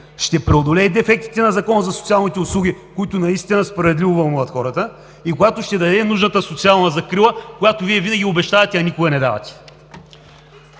ще преодолее дефектите на Закона за социалните услуги, които справедливо вълнуват хората, ще даде нужната социална закрила, която Вие винаги обещавате, а никога не давате!